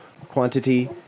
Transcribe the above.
Quantity